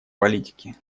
политики